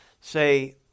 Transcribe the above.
say